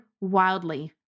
wildly